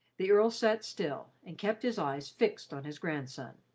the earl sat still, and kept his eyes fixed on his grandson.